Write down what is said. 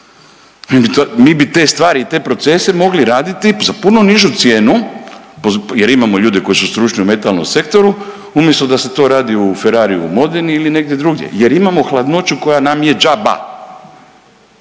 Mi bi te stvari i te procese mogli raditi za puno nižu cijenu jer imamo ljude koji su stručni u metalnom sektoru umjesto da se to radi u Ferrariju u …/Govornik se ne razumije/…ili negdje drugdje jer imamo hladnoću koja nam je dža-ba.